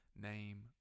name